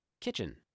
Kitchen